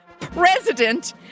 president